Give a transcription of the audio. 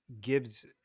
gives